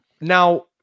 Now